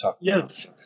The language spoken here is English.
Yes